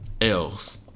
Else